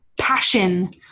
passion